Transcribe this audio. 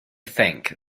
think